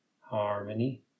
harmony